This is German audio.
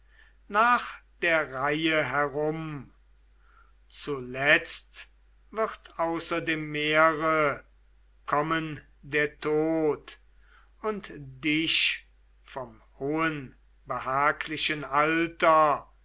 nach der reihe herum zuletzt wird außer dem meere kommen der tod und dich vom hohen behaglichen alter